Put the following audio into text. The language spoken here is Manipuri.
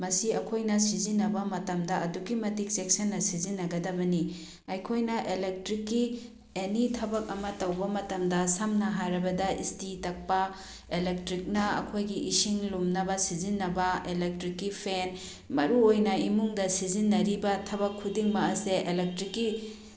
ꯃꯁꯤ ꯑꯩꯈꯣꯏꯅ ꯁꯤꯖꯤꯟꯅꯕ ꯃꯇꯝꯗ ꯑꯗꯨꯛꯀꯤ ꯃꯇꯤꯛ ꯆꯦꯛꯁꯤꯟꯅ ꯁꯤꯖꯤꯟꯅꯒꯗꯕꯅꯤ ꯑꯩꯈꯣꯏꯅ ꯏꯂꯦꯛꯇ꯭ꯔꯤꯛꯀꯤ ꯑꯦꯅꯤ ꯊꯕꯛ ꯑꯃ ꯇꯧꯕ ꯃꯇꯝꯗ ꯁꯝꯅ ꯍꯥꯏꯔꯕꯗ ꯏꯁꯇꯤ ꯇꯛꯄ ꯏꯂꯦꯛꯇ꯭ꯔꯤꯛꯅ ꯑꯩꯈꯣꯏꯒꯤ ꯏꯁꯤꯡ ꯂꯨꯝꯅꯕ ꯁꯤꯖꯤꯟꯅꯕ ꯏꯂꯦꯛꯇ꯭ꯔꯤꯛꯀꯤ ꯐꯦꯟ ꯃꯔꯨꯑꯣꯏꯅ ꯏꯃꯨꯡꯗ ꯁꯤꯖꯤꯟꯅꯔꯤꯕ ꯊꯕꯛ ꯈꯨꯗꯤꯡꯃꯛ ꯑꯁꯦ ꯏꯂꯦꯛꯇ꯭ꯔꯤꯛꯀꯤ